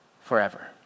forever